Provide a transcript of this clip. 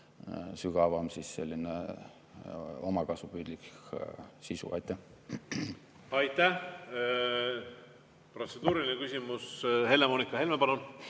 sügavam, selline omakasupüüdlik sisu. Aitäh! Aitäh! Protseduuriline küsimus, Helle-Moonika Helme, palun!